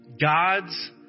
God's